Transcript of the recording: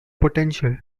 potential